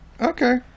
Okay